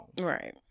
Right